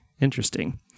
Interesting